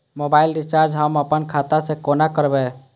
Mobile recharge हम आपन खाता से कोना करबै?